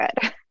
good